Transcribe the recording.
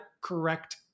correct